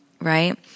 right